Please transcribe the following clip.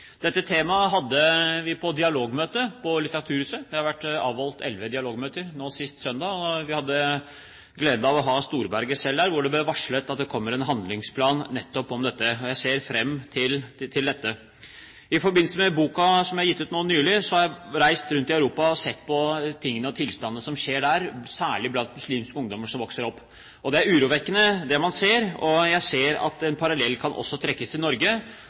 Dette temaet hadde vi på dialogmøtet på Litteraturhuset nå sist søndag; det har vært avholdt elleve dialogmøter. Vi hadde gleden av å ha Storberget der, og det ble varslet at det kommer en handlingsplan nettopp om dette – jeg ser fram til det. I forbindelse med boken som jeg har gitt ut nå nylig, har jeg reist rundt i Europa og sett på tingenes tilstand og det som skjer der, særlig blant muslimske ungdommer som vokser opp. Det er urovekkende det man ser, og jeg ser at en parallell også kan trekkes til Norge.